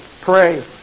pray